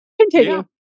Continue